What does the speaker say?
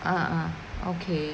mm mm okay